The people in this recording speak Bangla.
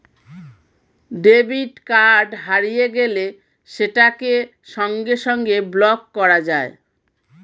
ডেবিট কার্ড হারিয়ে গেলে সেটাকে সঙ্গে সঙ্গে ব্লক করা যায়